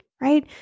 right